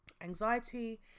anxiety